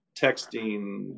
texting